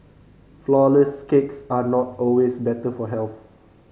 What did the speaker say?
flourless cakes are not always better for health